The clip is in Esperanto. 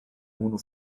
unu